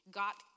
got